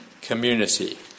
community